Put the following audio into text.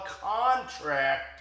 contract